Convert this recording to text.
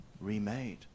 remade